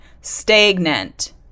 stagnant